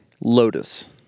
Lotus